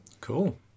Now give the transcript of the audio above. Cool